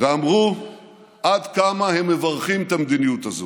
ואמרו עד כמה הם מברכים על המדיניות הזאת,